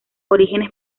orígenes